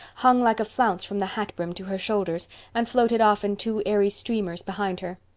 hung like a flounce from the hat brim to her shoulders and floated off in two airy streamers behind her.